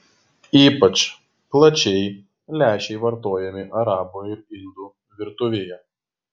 ypač plačiai lęšiai vartojami arabų ir indų virtuvėje